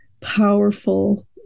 powerful